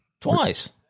Twice